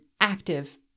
active